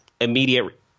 immediate